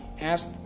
asked